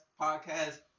podcast